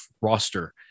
roster